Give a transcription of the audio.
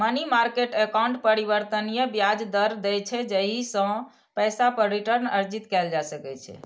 money market account परिवर्तनीय ब्याज दर दै छै, जाहि सं पैसा पर रिटर्न अर्जित कैल जा सकै छै